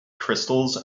crystals